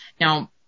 Now